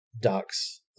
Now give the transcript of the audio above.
Doc's